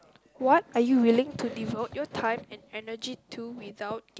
what are you willing to devote your time and energy to without